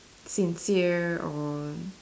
sincere or